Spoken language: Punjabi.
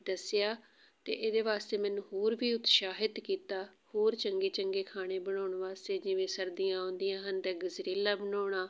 ਦੱਸਿਆ ਅਤੇ ਇਹਦੇ ਵਾਸਤੇ ਮੈਨੂੰ ਹੋਰ ਵੀ ਉਤਸ਼ਾਹਿਤ ਕੀਤਾ ਹੋਰ ਚੰਗੇ ਚੰਗੇ ਖਾਣੇ ਬਣਾਉਣ ਵਾਸਤੇ ਜਿਵੇਂ ਸਰਦੀਆਂ ਆਉਂਦੀਆਂ ਹਨ ਅਤੇ ਗਜਰੇਲਾ ਬਣਾਉਣਾ